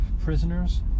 prisoners